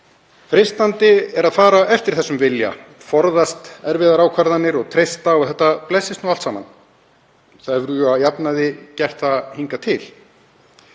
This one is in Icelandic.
Freistandi er að fara eftir þessum vilja, forðast erfiðar ákvarðanir og treysta á að þetta blessist allt saman, það hefur að jafnaði gert það hingað til.